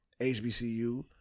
HBCU